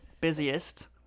busiest